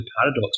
paradox